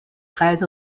kreis